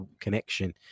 connection